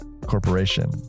corporation